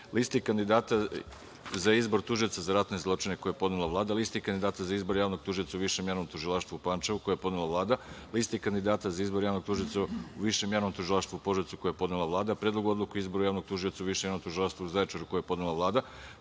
Listi kandidata za izbor tužioca za ratne zločine, koji je podnela Vlada, Listi kandidata za izbor javnog tužioca u Višem javnom tužilaštvu u Pančevu, koji je podnela Vlada, Listi kandidata za izbor javnog tužioca u Višem javnom tužilaštvu u Požarevcu, koji je podnela Vlada, Predlogu odluke o izboru javnog tužioca u Višem javnom tužilaštvu u Zaječaru, koji je podnela Vlada,